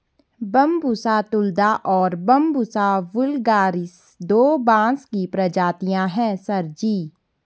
Bambusa तुलदा और बंबूसा वुल्गारिस दो बांस की प्रजातियां हैं सर जी